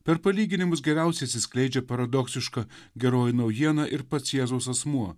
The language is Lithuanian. per palyginimus geriausiai atsiskleidžia paradoksiška geroji naujiena ir pats jėzaus asmuo